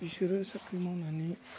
बिसोरो साख्रि मावनानै